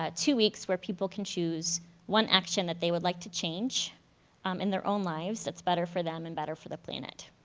ah two weeks where people can choose one action that they would like to change um in their own lives that's better for them and better for the planet.